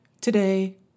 Today